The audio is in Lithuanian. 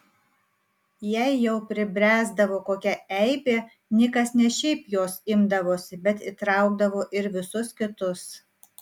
jei jau pribręsdavo kokia eibė nikas ne šiaip jos imdavosi bet įtraukdavo ir visus kitus